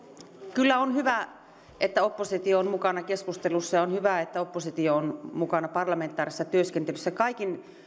kyllä on hyvä että oppositio on mukana keskustelussa ja on hyvä että oppositio on mukana parlamentaarisessa työskentelyssä kaikin